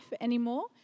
anymore